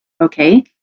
Okay